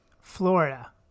Florida